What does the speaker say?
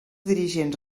dirigents